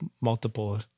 multiple